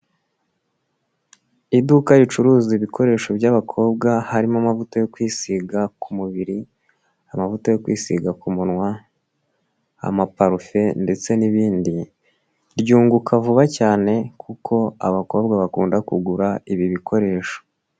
Iduka ricuruza ibikoresho by'abakobwa, harimo amavuta yo kwisiga ku mubiri, amavuta yo kwisiga ku munwa, amaparufe, ndetse n'ibindi, byunguka vuba cyane kuko abakobwa bakunda kugura ibi bikoresho.